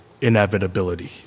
inevitability